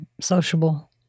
sociable